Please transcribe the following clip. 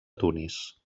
tunis